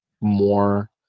more